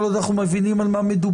כל עוד אנחנו מבינים על מה מדובר.